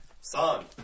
Son